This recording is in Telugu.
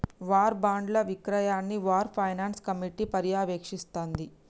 వార్ బాండ్ల విక్రయాన్ని వార్ ఫైనాన్స్ కమిటీ పర్యవేక్షిస్తాంది